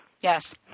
Yes